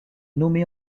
nommé